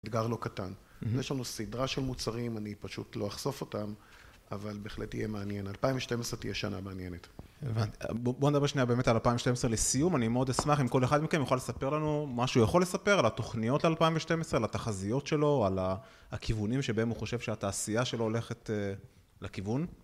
אתגר לא קטן. יש לנו סדרה של מוצרים, אני פשוט לא אחשוף אותם, אבל בהחלט יהיה מעניין. 2012 תהיה שנה מעניינת. הבנתי. בואו נדבר שנייה באמת על 2012 לסיום. אני מאוד אשמח אם כל אחד מכם יוכל לספר לנו מה שהוא יכול לספר על התוכניות ל-2012, על התחזיות שלו, על הכיוונים שבהם הוא חושב שהתעשייה שלו הולכת לכיוון.